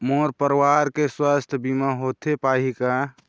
मोर परवार के सुवास्थ बीमा होथे पाही का?